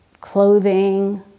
clothing